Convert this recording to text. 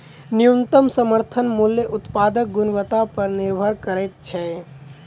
न्यूनतम समर्थन मूल्य उत्पादक गुणवत्ता पर निभर करैत छै